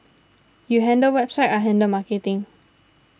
you handle website I handle marketing